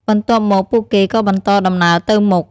បន្ទាប់មក ពួកគេក៏បន្តដំណើរទៅមុខ។